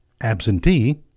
absentee